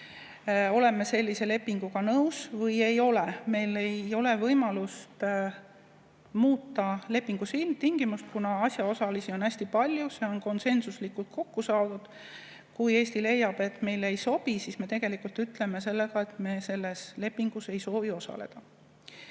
oleme sellise lepinguga nõus või ei ole. Meil ei ole võimalust muuta lepingu tingimusi, kuna asjaosalisi on hästi palju, see [leping] on konsensuslikult kokku saadud. Kui Eesti leiab, et see meile ei sobi, siis me tegelikult ütleme sellega, et me ei soovi selles lepingus osaleda.